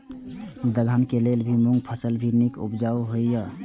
दलहन के लेल भी मूँग फसल भी नीक उपजाऊ होय ईय?